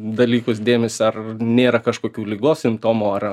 dalykus dėmesį ar nėra kažkokių ligos simptomų ar